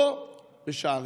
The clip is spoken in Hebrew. לא בשערינו.